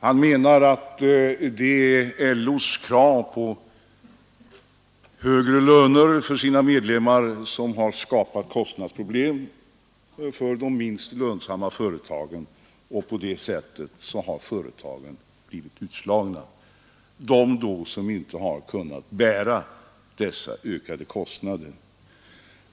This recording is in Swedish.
Han menade bl.a. att det är LO:s krav på högre löner för sina medlemmar som skapat kostnadsproblem för de minst lönsamma företagen. Dessa har sedan inte haft möjligheter att bära de ökade kostnaderna utan blivit utslagna.